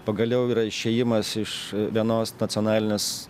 pagaliau yra išėjimas iš vienos nacionalinės